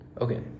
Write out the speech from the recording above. okay